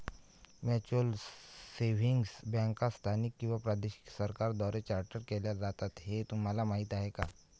Mutual savings बँका स्थानिक किंवा प्रादेशिक सरकारांद्वारे चार्टर्ड केल्या जातात हे तुम्हाला माहीत का?